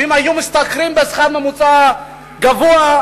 ואם היו משתכרים שכר ממוצע גבוה,